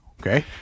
okay